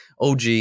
OG